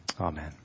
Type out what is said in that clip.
amen